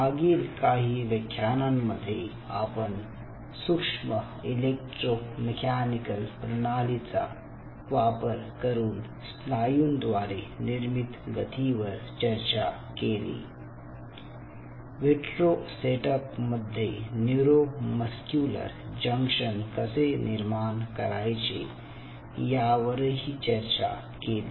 मागील काही व्याख्यानांमध्ये आपण सूक्ष्म इलेक्ट्रो मेकॅनिकल प्रणालींचा वापर करून स्नायू द्वारे निर्मित गतीवर चर्चा केली विट्रो सेटअप मध्ये न्यूरोमस्क्यूलर जंक्शन कसे निर्माण करायचे यावरही चर्चा केली